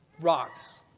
rocks